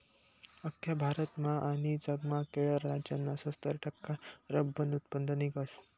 आख्खा भारतमा आनी जगमा केरळ राज्यमा सत्तर टक्का रब्बरनं उत्पन्न निंघस